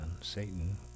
Satan